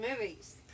movies